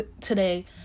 today